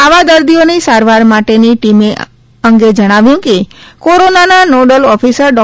આવા દર્દીઓની સારવાર માટેની ટીમ અંગે જણાવ્યું કે કોરોનાના નોડલ ઓફિસર ડો